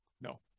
No